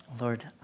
Lord